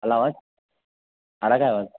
आला आवाज आला काय आवाज